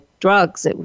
drugs